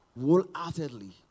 wholeheartedly